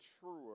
truer